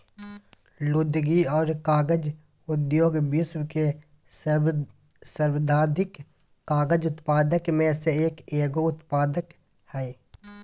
लुगदी और कागज उद्योग विश्व के सर्वाधिक कागज उत्पादक में से एगो उत्पाद हइ